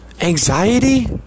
Anxiety